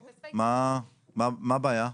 מה, מה הבעיה?